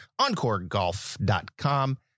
encoregolf.com